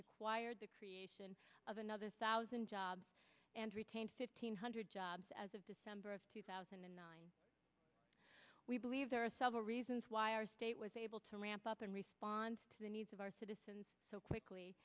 required the creation of another thousand jobs and retained fifteen hundred jobs as of december of two thousand and nine we believe there are several reasons why our state was able to ramp up in response to the needs of our citizens so quickly